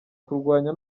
kurwanya